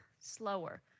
slower